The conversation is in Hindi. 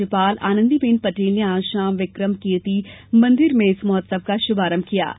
राज्यपाल आनन्दीबेन पटेल आज शाम विक्रम कीर्ति मन्दिर में इस महोत्सव का शुभारंभ करेंगी